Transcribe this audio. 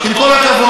עם כל הכבוד.